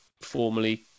formally